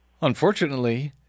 Unfortunately